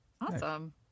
Awesome